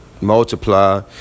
Multiply